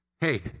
hey